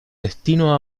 destino